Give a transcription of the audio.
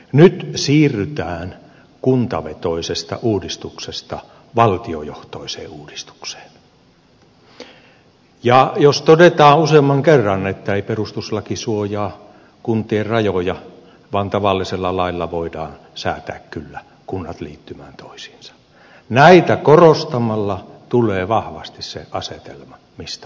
nyt siirrytään kuntavetoisesta uudistuksesta valtiojohtoiseen uudistukseen ja jos todetaan useamman kerran että ei perustuslaki suojaa kuntien rajoja vaan tavallisella lailla voidaan kyllä säätää kunnat liittymään toisiinsa niin näitä korostamalla tulee vahvasti se asetelma mistä on kysymys